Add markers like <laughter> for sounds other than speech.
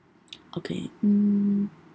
<noise> okay um